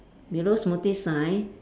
below smoothie sign